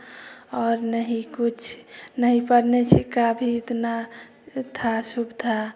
और नहीं कुछ नहीं पढ़ने चीज़ का भी इतना था सुविधा